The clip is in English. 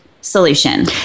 solution